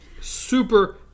Super